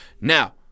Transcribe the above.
Now